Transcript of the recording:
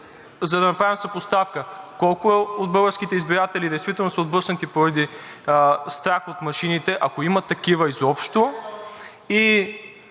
за да направим съпоставка – колко от българските избиратели действително са отблъснати поради страх от машините, ако има такива изобщо.